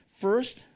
first